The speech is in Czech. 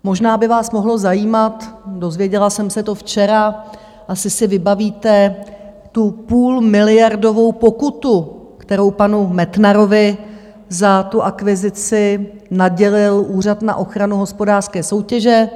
Možná by vás mohlo zajímat, dozvěděla jsem se to včera, asi si vybavíte tu půlmiliardovou pokutu, kterou panu Metnarovi za tu akvizici nadělil Úřad na ochranu hospodářské soutěže.